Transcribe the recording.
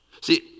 See